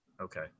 Okay